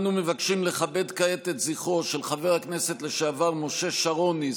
אנו מבקשים לכבד כעת את זכרו של חבר הכנסת לשעבר משה שרוני,